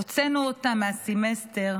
הוצאנו אותם מהסמסטר,